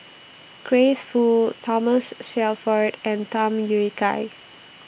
Grace Fu Thomas Shelford and Tham Yui Kai